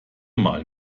mal